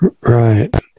Right